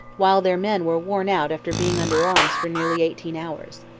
while their men were worn out after being under arms for nearly eighteen hours.